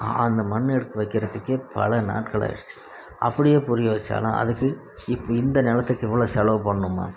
அந்த மண் எடுத்து வைக்கிறத்துக்கே பல நாட்கள் ஆகிடுச்சி அப்படியே புரியா வைச்சாலும் அதுக்கு இந்த நிலத்துக்கு இவ்வளோ செலவு பண்ணணுமோ